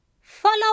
follow